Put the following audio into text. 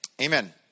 Amen